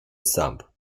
sump